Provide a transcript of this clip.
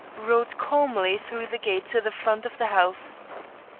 rode calmly through the gate to the front of the house.